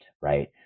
right